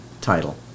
title